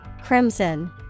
Crimson